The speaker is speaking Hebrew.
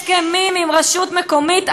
הסכמים עם רשות מקומית,